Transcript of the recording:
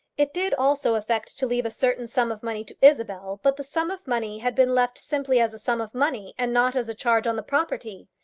it did also affect to leave a certain sum of money to isabel, but the sum of money had been left simply as a sum of money, and not as a charge on the property.